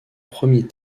premier